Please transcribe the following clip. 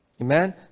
Amen